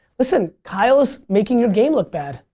listen, kyle is making your game look bad,